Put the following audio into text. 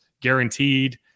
guaranteed